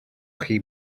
chi